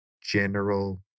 general